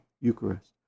Eucharist